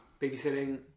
babysitting